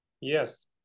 Yes